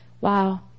Wow